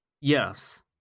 Yes